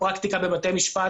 הפרקטיקה בבתי משפט